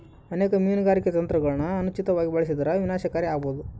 ಅನೇಕ ಮೀನುಗಾರಿಕೆ ತಂತ್ರಗುಳನ ಅನುಚಿತವಾಗಿ ಬಳಸಿದರ ವಿನಾಶಕಾರಿ ಆಬೋದು